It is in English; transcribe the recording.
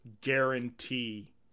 guarantee